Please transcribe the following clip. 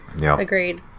Agreed